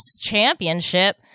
Championship